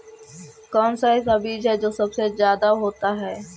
कौन सा ऐसा बीज है जो सबसे ज्यादा होता है?